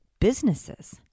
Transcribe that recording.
businesses